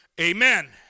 Amen